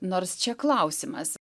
nors čia klausimas